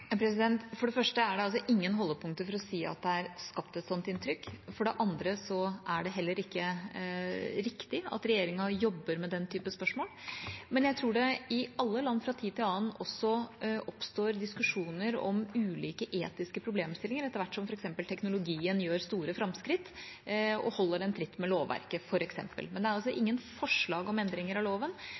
For det første er det ingen holdepunkter for å si at det er skapt et sånt inntrykk. For det andre er det ikke riktig at regjeringa jobber med den typen spørsmål. Men jeg tror det i alle land fra tid til annen oppstår diskusjoner om ulike etiske problemstillinger etter hvert som f.eks. teknologien gjør store framskritt. Holder en tritt med lovverket, f.eks.? Men det er altså ingen forslag om endringer av loven.